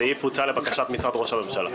הסעיף הוצא לבקשת משרד ראש הממשלה.